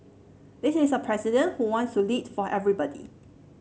this is a president who wants to lead for everybody